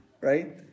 right